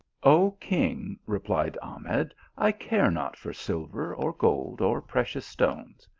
o king, replied ahmed, i care not for silver, or gold, or precious stones.